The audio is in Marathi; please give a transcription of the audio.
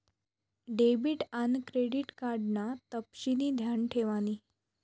डेबिट आन क्रेडिट कार्ड ना तपशिनी ध्यान ठेवानी